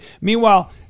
meanwhile